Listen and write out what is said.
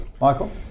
Michael